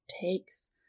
takes